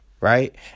right